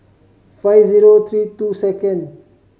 five zero three two second